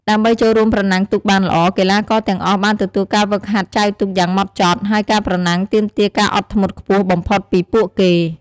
ដើម្បីចូលរួមប្រណាំងទូកបានល្អ កីឡាករទាំងអស់បានទទួលការហ្វឹកហាត់ចែវទូកយ៉ាងម៉ត់ចត់ ហើយការប្រណាំងទាមទារការអត់ធ្មត់ខ្ពស់បំផុតពីពួកគេ។